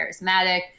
charismatic